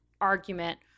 argument